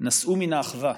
נסעו מן האחווה.